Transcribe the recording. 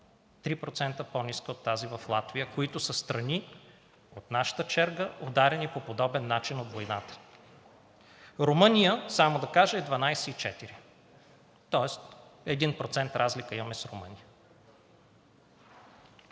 3% по-ниска от тази в Латвия, които са страни от нашата черга, ударени по подобен начин от войната. Румъния само да кажа е 12,4%, тоест 1% разлика имаме с Румъния.